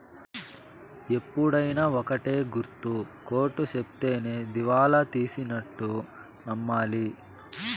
ఎప్పుడైనా ఒక్కటే గుర్తు కోర్ట్ సెప్తేనే దివాళా తీసినట్టు నమ్మాలి